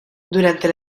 durante